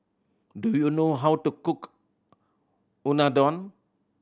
do you know how to cook Unadon